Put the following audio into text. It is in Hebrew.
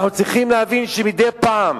אנחנו צריכים להבין שמדי פעם